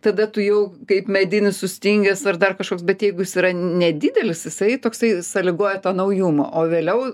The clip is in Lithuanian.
tada tu jau kaip medinis sustingęs ar dar kažkoks bet jeigu jis yra nedidelis jisai toksai sąlygoja tą naujumą o vėliau